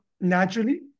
naturally